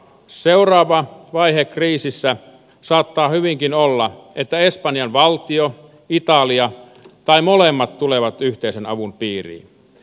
seuraava vaihe kriisissä saattaa hyvinkin olla että espanjan valtio italia tai molemmat tulevat yhteisen avun piiriin